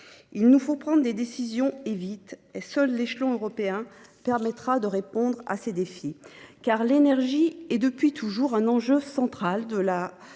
Il nous faut prendre des décisions, et vite. Seul l’échelon européen permettra de répondre à ces défis, car l’énergie est depuis toujours un enjeu central de la